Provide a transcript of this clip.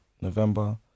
November